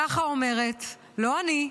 ככה לא אני אומרת,